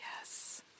yes